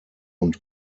und